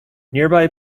nearby